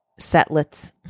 setlets